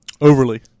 Overly